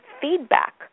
feedback